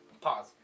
Pause